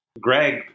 Greg